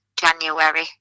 January